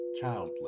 childless